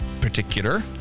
particular